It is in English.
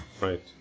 Right